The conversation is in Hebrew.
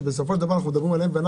שבסופו של דבר אנחנו מדברים עליהם.